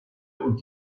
und